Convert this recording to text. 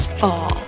fall